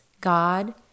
God